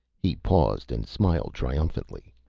he paused and smiled triumphantly.